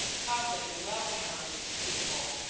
how they love her, these people!